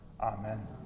Amen